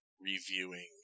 reviewing